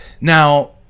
Now